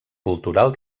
cultural